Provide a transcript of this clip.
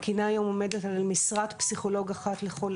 התקינה היום עומדת על משרת פסיכולוג אחת לכל